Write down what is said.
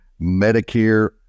Medicare